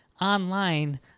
online